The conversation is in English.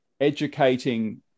educating